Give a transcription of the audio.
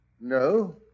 No